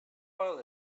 oil